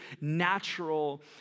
natural